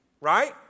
Right